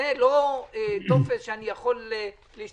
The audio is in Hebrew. זה לא טופס שאני יכול להשתמש,